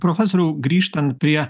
profesoriau grįžtant prie